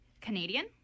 Canadian